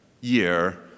year